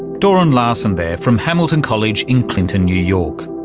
doran larson there from hamilton college in clinton new york.